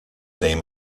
name